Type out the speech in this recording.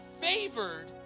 favored